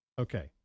Okay